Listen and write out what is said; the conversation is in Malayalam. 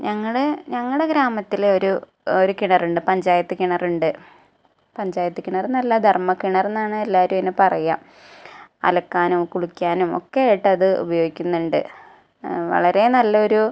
ഞങ്ങൾ ഞങ്ങളെ ഗ്രാമത്തിൽ ഒരു ഒരു കിണറുണ്ട് പഞ്ചായത്ത് കിണറുണ്ട് പഞ്ചായത്ത് കിണർ നല്ല ധർമ്മ കിണർ എന്നാണ് എല്ലാവരും അതിനെ പറയുക അലക്കാനും കുളിക്കാനും ഒക്കെ ആയിട്ട് അത് ഉപയോഗിക്കുന്നുണ്ട് വളരെ നല്ല ഒരു